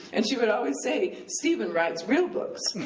and she would always say, stephen writes real books.